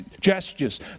gestures